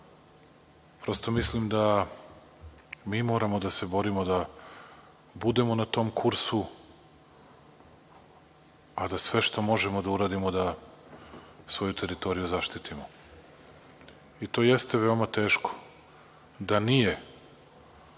mislim da mi moramo da se borimo da budemo na tom kursu a da sve što možemo da uradimo da svoju teritoriju zaštitimo. To jeste veoma teško. Da nije,